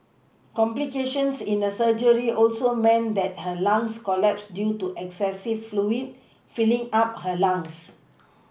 complications in her surgery also meant that her lungs collapsed due to excessive fluids filling up her lungs